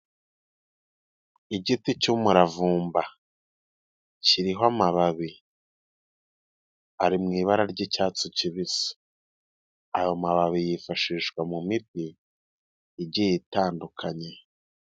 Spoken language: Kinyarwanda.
Igiti cy'umuravumba kiriho amababi, ari mu ibara ry'icyatsi kibisi. Ayo mababi yifashishwa mu miti igiye itandukanye.